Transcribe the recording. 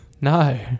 No